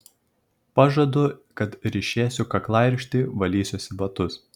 pažadu kad ryšėsiu kaklaraištį valysiuosi batus